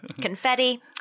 confetti